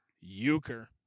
Euchre